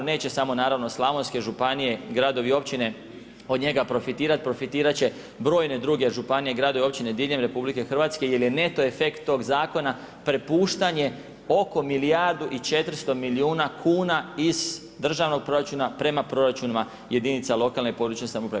Neće samo naravno slavonske županije, gradove i općine od njega profitirati, profitirati će brojne druge županije, gradovi i općine diljem RH, jer je neto efekt tog zakona prepuštanje oko milijardu i 400 milijuna kn iz državnog proračuna prema proračunima jedinica lokalne i područne samouprave.